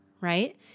Right